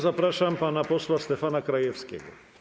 Zapraszam pana posła Stefana Krajewskiego.